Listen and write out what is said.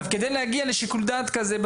כדי להגיע לשיקול דעת כזה,